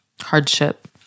hardship